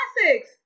classics